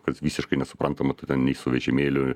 kas visiškai nesuprantama tu ten nei su vežimėliu